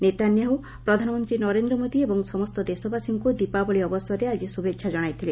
Netanyahu ପ୍ରଧାନମନ୍ତ୍ରୀ ନରେନ୍ଦ୍ର ମୋଦି ଏବଂ ସମସ୍ତ ଦେଶବାସୀଙ୍କ ଦୀପାବଳି ଅବସରରେ ଆଜି ଶୁଭେଛା ଜଣାଇଥିଲେ